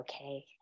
okay